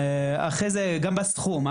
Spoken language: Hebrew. אחרי זה גם בסכום,